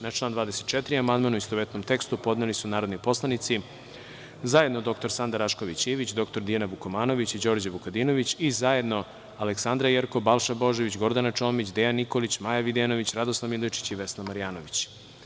Na član 24. amandman, u istovetnom tekstu, podneli su narodni poslanici zajedno dr Sanda Rašković Ivić, dr Dijana Vukomanović i Đorđe Vukadinović i zajedno Aleksandra Jerkov, Balša Božović, Gordana Čomić, Dejan Nikolić, Maja Videnović, Radoslav Milojičić i Vesna Marjanović.